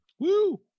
Woo